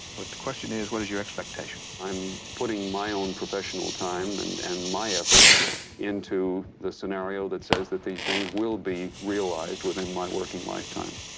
but the question is what is your expectation? i'm putting my own professional time and and my effort into the scenario that says that these things will be realized within my working lifetime.